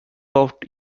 out